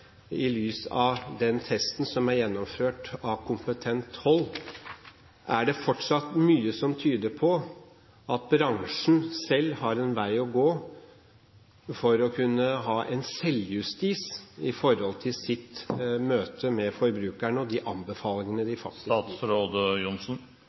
i lys av den testen som er gjennomført av kompetent hold: Er det fortsatt mye som tyder på at bransjen selv har en vei å gå for å kunne ha en selvjustis i sine møter med forbrukerne og de anbefalingene de